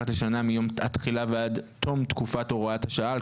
אחת לשנה מיום התחילה ועד תום תקופת הוראת השעה,